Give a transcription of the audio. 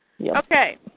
Okay